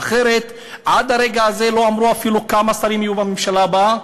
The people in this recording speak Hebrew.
עד הרגע הזה לא אמרו אפילו כמה שרים יהיו בממשלה הבאה.